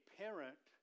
parent